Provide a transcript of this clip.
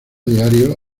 diarios